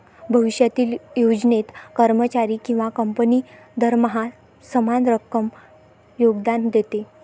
भविष्यातील योजनेत, कर्मचारी किंवा कंपनी दरमहा समान रक्कम योगदान देते